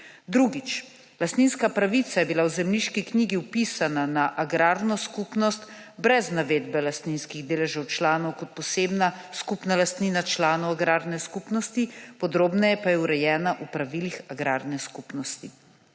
Drugič. Lastninska pravica je bila v zemljiški knjigi vpisana na agrarno skupnost brez navedbe lastninskih deležev članov kot posebna skupna lastnina članov agrarne skupnosti, podrobneje pa je urejena v pravilih agrarne skupnosti.